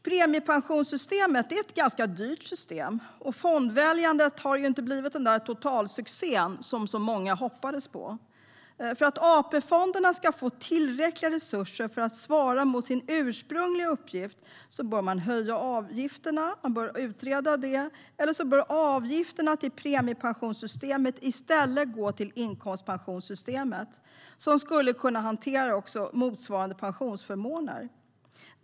Premiepensionssystemet är ett ganska dyrt system. Fondväljandet har inte blivit den där totalsuccén som så många hoppades på. För att AP-fonderna ska få tillräckliga resurser för att svara mot sin ursprungliga uppgift bör man utreda en höjning av avgifterna eller så bör avgifterna till premiepensionssystemet i stället gå till inkomstpensionssystemet. Det skulle också kunna hantera motsvarande pensionsförmåner.